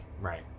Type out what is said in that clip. right